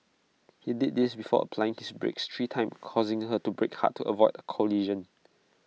he did this before applying his brakes three times causing her to brake hard to avoid A collision